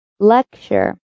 Lecture